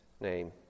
name